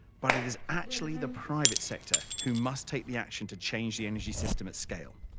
but it is actually the private sector who must take the action to change the energy system at scale.